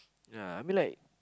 ya I mean like